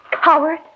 Howard